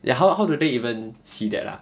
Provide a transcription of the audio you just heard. ya how how do they even see that lah